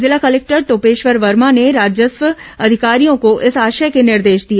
जिला कलेक्टर टोपेश्वर वर्मा ने राजस्व अधिकारियों को इस आशय के निर्देश दिए